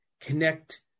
connect